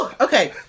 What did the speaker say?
Okay